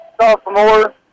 sophomore